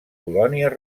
colònies